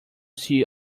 see